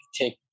take